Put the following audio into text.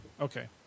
Okay